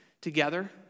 together